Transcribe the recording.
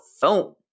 phone